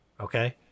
okay